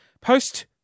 post